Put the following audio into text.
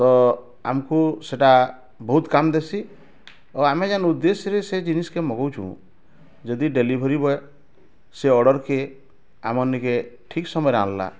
ତ ଆମକୁ ସେଟା ବୋହୁତ କାମ ଦେସି ଓ ଆମେ ଯେନ ଉଦ୍ୟେଶରେ ସେ ଜିନିଷକେ ମଗୋଉଛୁଁ ଯଦି ଡେଲିଭରି ବୟେ ସେ ଅର୍ଡ଼ରକେ ଆମର ନିକେ ଠିକ୍ ସମୟରେ ଆଣଲା